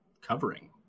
covering